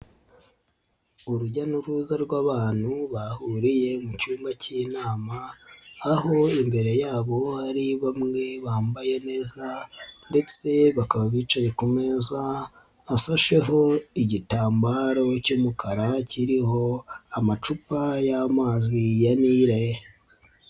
Urujya n'uruza rw'abantu bahuriye mu cyumba k'inama aho imbere yabo hari bamwe bambaye neza ndetse bakaba bicaye ku meza afasheho igitambaro cy'umukara kiriho amacupa y'amazi ya Nile.